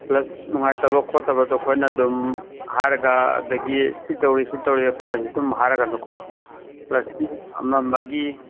class ꯅꯨꯡꯉꯥꯏꯇꯕ ꯈꯣꯠꯇꯕꯗꯣ ꯑꯩꯈꯣꯏꯅ ꯑꯗꯨꯝ ꯍꯥꯏꯔꯒ ꯑꯗꯒꯤ ꯁꯤ ꯇꯧꯔꯦ ꯁꯤ ꯇꯧꯔꯦ ꯑꯩꯈꯣꯏꯅꯁꯨ ꯑꯗꯨꯝ ꯍꯥꯏꯔ ꯀꯥꯟꯗꯀꯣ ꯀ꯭ꯂꯁꯀꯤ ꯑꯃ ꯑꯃꯒꯤ